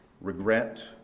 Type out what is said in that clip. Regret